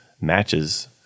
matches